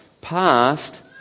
passed